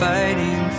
Fighting